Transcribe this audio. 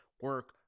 Work